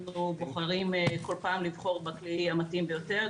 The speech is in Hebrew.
בוחרים כל פעם לבחור בכלי המתאים ביותר,